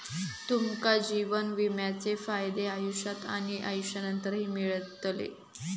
तुमका जीवन विम्याचे फायदे आयुष्यात आणि आयुष्यानंतरही मिळतले